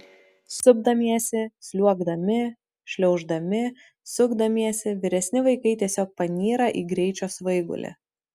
supdamiesi sliuogdami šliauždami sukdamiesi vyresni vaikai tiesiog panyra į greičio svaigulį